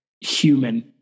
human